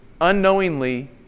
unknowingly